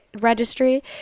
registry